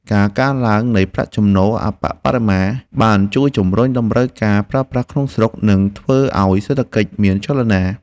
ការកើនឡើងនៃប្រាក់ចំណូលអប្បបរមាបានជួយជំរុញតម្រូវការប្រើប្រាស់ក្នុងស្រុក និងធ្វើឱ្យសេដ្ឋកិច្ចមានចលនា។